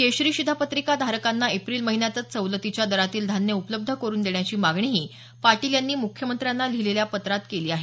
केशरी शिधापत्रिका धारकांना एप्रिल महिन्यातच सवलतीच्या दरातील धान्य उपलब्ध करून देण्याची मागणीही पाटील यांनी मुख्यमंत्र्यांना लिहिलेल्या पत्रात केली आहे